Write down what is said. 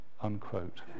unquote